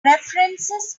references